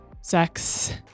sex